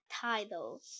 title